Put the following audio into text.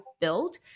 built